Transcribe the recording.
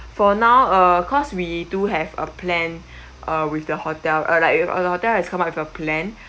for now uh of course we do have a plan uh with the hotel or like you have all hotel has come up with a plan